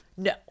no